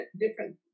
different